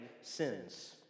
sins